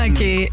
Okay